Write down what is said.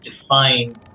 define